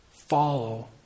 follow